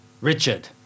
Richard